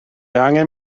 angen